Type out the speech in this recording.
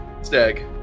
Stag